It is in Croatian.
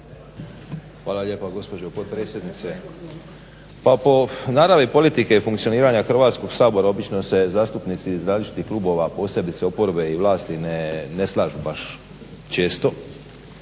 Hvala lijepa gospođo potpredsjednice. Pa po naravi politike i funkcioniranja Hrvatskog sabora obično se zastupnici iz različitih klubova posebice oporbe i vlasti ne slažu baš često.